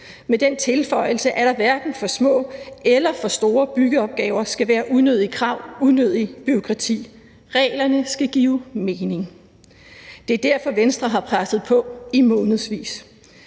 med den tilføjelse, at der hverken for små eller for store byggeopgaver skal være unødige krav og unødigt bureaukrati. Reglerne skal give mening. Det er derfor, Venstre har presset på i månedsvis.